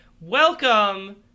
Welcome